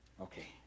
Okay